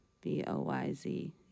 B-O-Y-Z